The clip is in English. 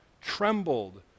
trembled